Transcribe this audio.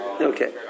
Okay